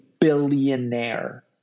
billionaire